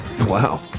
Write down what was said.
Wow